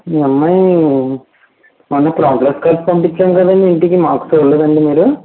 మీ అమ్మాయి మొన్న progress card పంపించాము కదండి ఇంటికి మార్క్స్ చూడలేదా అండి మీరు